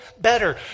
better